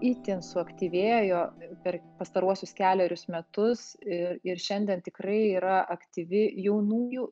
itin suaktyvėjo per pastaruosius kelerius metus ir ir šiandien tikrai yra aktyvi jaunųjų